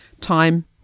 time